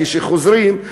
כשהם חוזרים,